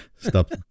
Stop